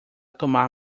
tomar